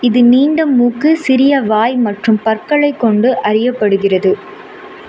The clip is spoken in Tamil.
இது நீண்ட மூக்கு சிறிய வாய் மற்றும் பற்களைக் கொண்டு அறியப்படுகிறது